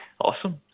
Awesome